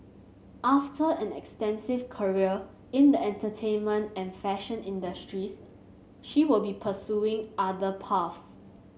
after an extensive career in the entertainment and fashion industries she will be pursuing other paths